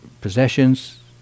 possessions